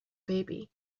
baby